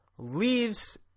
leaves